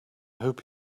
hope